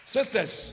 Sisters